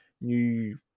new